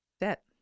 debt